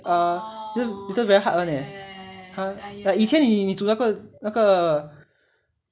err later later very hard [one] eh !huh! like 以前你煮那个那个